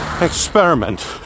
experiment